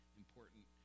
important